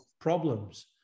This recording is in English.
problems